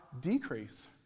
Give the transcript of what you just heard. decrease